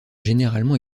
généralement